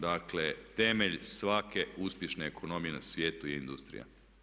Dakle temelj svake uspješne ekonomije na svijetu je industrija.